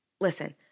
listen